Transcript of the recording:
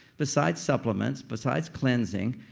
besides supplements, besides cleansing,